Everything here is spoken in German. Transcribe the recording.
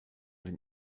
den